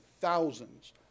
thousands